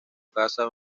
casa